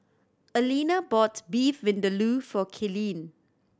Alena bought Beef Vindaloo for Kaylene